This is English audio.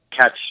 catch